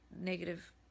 negative